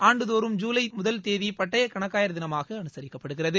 ஆண்டுதோறும் ஜூலை முதல் தேதி பட்டய கணக்காளர் தினமாக அனுசரிக்கப்படுகிறது